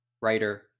writer